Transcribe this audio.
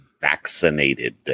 vaccinated